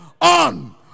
On